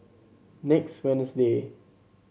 next Wednesday